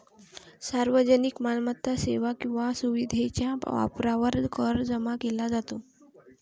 सार्वजनिक मालमत्ता, सेवा किंवा सुविधेच्या वापरावर कर जमा केला जातो